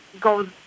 goes